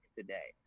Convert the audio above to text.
today